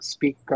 Speak